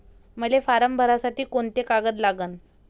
मले फारम भरासाठी कोंते कागद लागन?